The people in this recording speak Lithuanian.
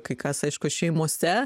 kai kas aišku šeimose